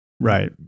Right